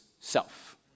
self